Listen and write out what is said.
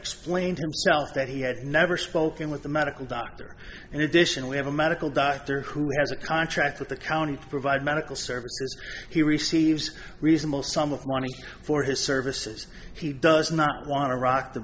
explained himself that he had never spoken with a medical doctor and edition we have a medical doctor who has a contract with the county provide medical services he receives a reasonable sum of money for his services he does not want to rock the